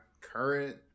current